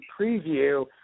preview